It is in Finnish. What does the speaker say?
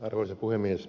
arvoisa puhemies